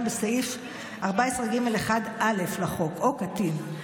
כהגדרתם בסעיף 14ג1(א) לחוק או קטין,